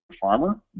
farmer